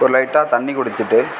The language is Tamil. ஒரு லைட்டாக தண்ணி குடிச்சுட்டு